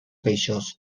peixos